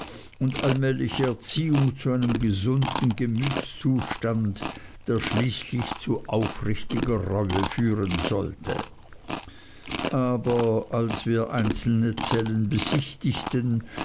und allmähliche erziehung zu einem gesunden gemütszustand der schließlich zu aufrichtiger reue führen sollte aber als wir einzelne zellen besichtigten